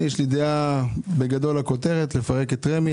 אני יש לי דעה בגדול הכותרת לפרק את רמ"י,